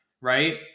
right